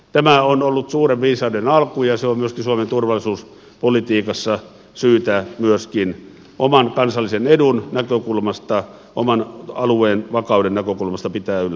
tämä on ollut suuren viisauden alku ja se on myöskin suomen turvallisuuspolitiikassa syytä oman kansallisen edun näkökulmasta oman alueen vakauden näkökulmasta pitää yllä